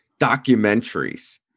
documentaries